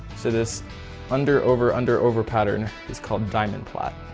so this under over under over pattern is called diamond plait.